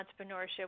entrepreneurship